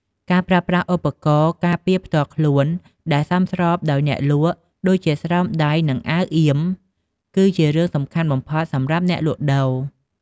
ការប្រើប្រាស់ឧបករណ៍ការពារផ្ទាល់ខ្លួនដែលសមស្របដោយអ្នកលក់ដូចជាស្រោមដៃ និងអាវអៀម គឺជារឿងសំខាន់បំផុតសម្រាប់អ្នកលក់ដូរ។